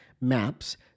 maps